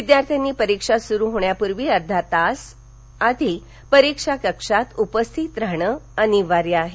विद्यार्थ्यांनी परीक्षा सुरु होण्यापूर्वी अर्धा तास आधी परीक्षा कक्षात उपस्थित राहणं अनिवार्य आहे